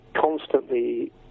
constantly